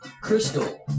Crystal